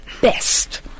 best